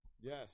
Yes